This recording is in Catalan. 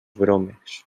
bromes